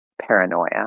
paranoia